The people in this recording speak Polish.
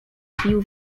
pił